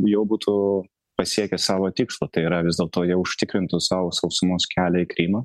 jau būtų pasiekę savo tikslą tai yra vis dėlto jie užtikrintų savo sausumos kelią į krymą